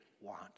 want